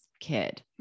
kid